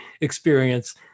experience